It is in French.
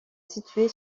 située